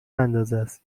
اندازست